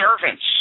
servants